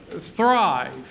Thrive